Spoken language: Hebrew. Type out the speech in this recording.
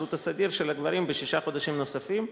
השירות הסדיר של הגברים מוארך בשישה חודשים נוספים,